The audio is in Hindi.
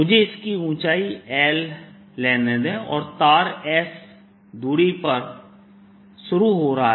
मुझे इसकी ऊंचाई l लेने दें और तार से s दूरी पर शुरू हो रहा है